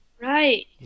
Right